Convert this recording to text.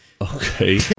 Okay